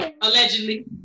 Allegedly